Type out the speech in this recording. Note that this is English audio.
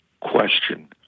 question